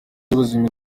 y’ubuzima